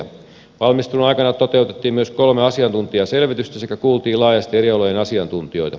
valmistelun aikana toteutettiin myös kolme asiantuntijaselvitystä sekä kuultiin laajasti eri alojen asiantuntijoita